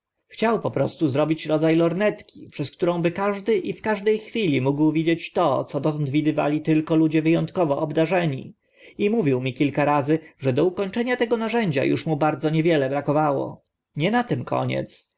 chciał po prostu zrobić rodza lornetki przez którą by każdy i w każde chwili mógł widzieć to co dotąd widywali tylko ludzie wy ątkowo obdarzeni i mówił mi kilka razy że do ukończenia tego narzędzia uż mu bardzo niewiele brakowało nie na tym koniec